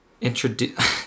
introduce